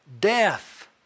Death